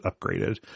upgraded